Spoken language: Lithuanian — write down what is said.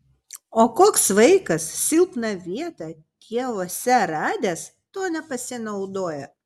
o koks vaikas silpną vietą tėvuose radęs tuo nepasinaudoja